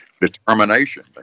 determination